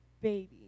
baby